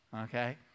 okay